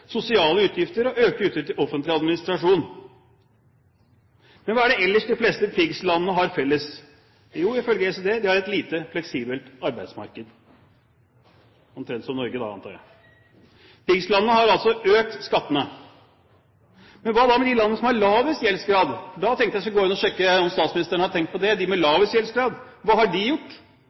sosiale utgifter og økte utgifter til offentlig administrasjon. Men hva er det ellers de fleste pigslandene har felles? Jo, ifølge OECD har de et lite fleksibelt arbeidsmarked – omtrent som Norge da, antar jeg. Pigslandene har altså økt skattene. Men hva da med de landene som har lavest gjeldsgrad? Da tenkte jeg at jeg skulle gå inn og sjekke om statsministeren har tenkt på det. De med lavest gjeldsgrad, hva har de gjort?